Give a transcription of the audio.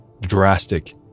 drastic